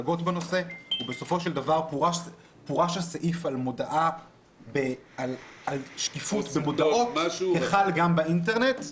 בסופו של דבר פורש הסעיף על שקיפות במודעות כחל גם באינטרנט.